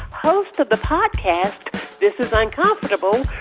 host of the podcast this is uncomfortable,